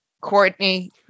Courtney